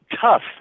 tough